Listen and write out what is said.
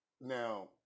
Now